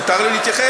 מותר לי להתייחס,